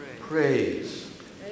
praise